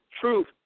truth